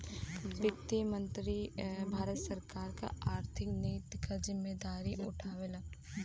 वित्त मंत्री भारत सरकार क आर्थिक नीति क जिम्मेदारी उठावला